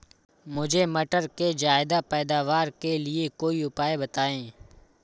मुझे मटर के ज्यादा पैदावार के लिए कोई उपाय बताए?